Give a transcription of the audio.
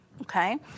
okay